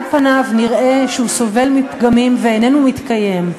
על פניו נראה שהוא סובל מפגמים, ואינו מתקיים.